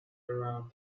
around